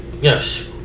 Yes